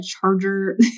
charger